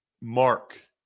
mark